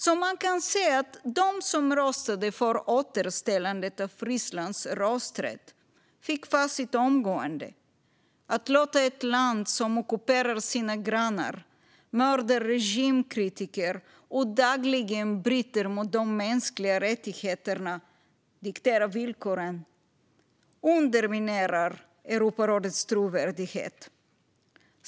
Man kan alltså säga att de som röstade för återställandet av Rysslands rösträtt fick facit omgående. Att låta ett land som ockuperar sina grannar, mördar regimkritiker och dagligen bryter mot de mänskliga rättigheterna diktera villkoren underminerar Europarådets trovärdighet.